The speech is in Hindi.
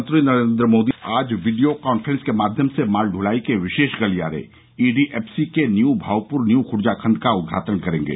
प्रधानमंत्री नरेन्द्र मोदी आज वीडियो कॉन्फ्रेंस के माध्यम से माल दुलाई के विशेष गलियारे ईडीएफसी के न्यू भाऊपुर न्यू खुर्जा खण्ड का उद्घाटन करेंगे